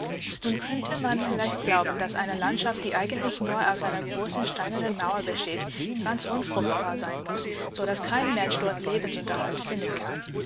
nun könnte man vielleicht glauben daß eine landschaft die eigentlich nur auseinergroßensteinernenmauerbesteht ganzunfruchtbarseinmuß sodaß kein mensch dort lebensunterhalt finden kann